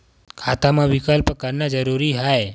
खाता मा विकल्प करना जरूरी है?